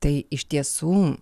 tai iš tiesų